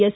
S